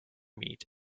meet